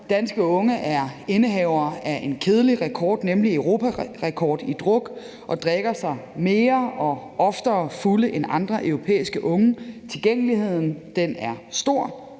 Danske unge er indehavere af en kedelig rekord, nemlig europarekord i druk, og drikker sig mere og oftere fulde end andre europæiske unge. Tilgængeligheden er stor